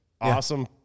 awesome